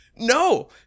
No